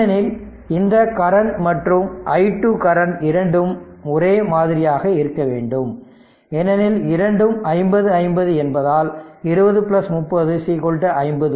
ஏனெனில் இந்த கரண்ட் மற்றும் i2 கரண்ட் இரண்டும் ஒரே மாதிரியாக இருக்க வேண்டும் ஏனெனில் இரண்டும் 50 50 என்பதால் 20 30 50 Ω